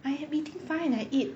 I am eating fine I eat